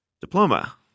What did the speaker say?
diploma